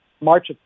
march